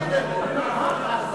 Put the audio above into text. תעלה להגיד את זה, תחזור.